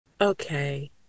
Okay